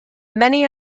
many